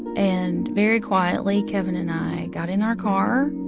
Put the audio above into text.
and very quietly, kevin and i got in our car.